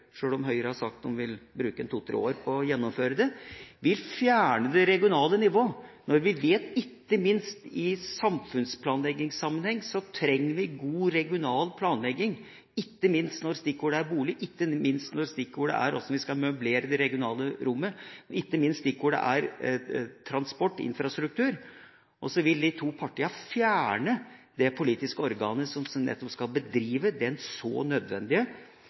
sjøl om Høyre har sagt at de vil bruke en to–tre år på å gjennomføre det – vil fjerne det regionale nivået nå når vi ikke minst i samfunnsplanleggingssammenheng trenger en god regional planlegging, og når stikkordet er bolig og hvordan vi skal møblere det regionale rommet, og heller ikke når stikkordene er transport og infrastruktur. Disse partiene vil fjerne det politiske organet som skal bedrive den så nødvendige